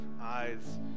eyes